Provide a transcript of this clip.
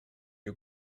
you